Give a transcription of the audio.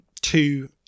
two